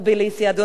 אדוני היושב-ראש,